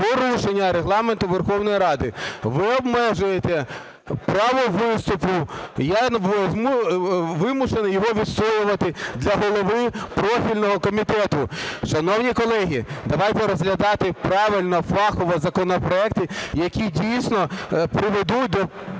ви обмежуєте право виступу, я вимушений його відстоювати для голови профільного комітету. Шановні колеги, давайте розглядати правильно, фахово законопроекти, які дійсно приведуть до